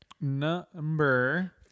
Number